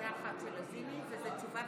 הצבעה